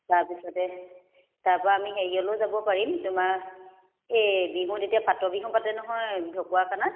তাৰপিছতে তাৰ পৰা আমি হেৰিয়লেও যাব পাৰিম তোমাৰ এই বিহুত এতিয়া ফাটৰ বিহু পাতে নহয় ঢকুৱাখানাত